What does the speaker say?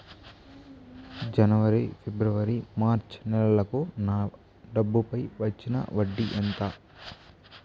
జనవరి, ఫిబ్రవరి, మార్చ్ నెలలకు నా డబ్బుపై వచ్చిన వడ్డీ ఎంత